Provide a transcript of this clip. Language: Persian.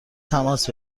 تماس